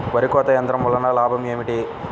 వరి కోత యంత్రం వలన లాభం ఏమిటి?